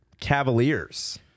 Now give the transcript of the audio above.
Cavaliers